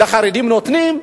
לחרדים נותנים,